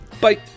Bye